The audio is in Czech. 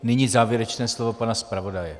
Nyní závěrečné slovo pana zpravodaje.